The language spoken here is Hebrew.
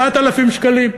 7,000 שקלים.